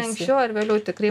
anksčiau ar vėliau tikrai